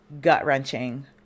gut-wrenching